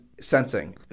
sensing